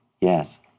Yes